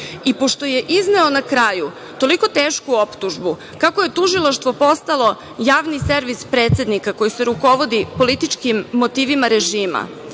Pošto je izneo na kraju toliko tešku optužbu, kako je tužilaštvo postalo javni servis predsednika, koji se rukovodi političkim motivima režima,